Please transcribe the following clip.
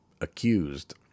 accused